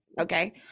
Okay